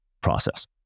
process